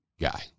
guy